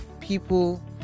people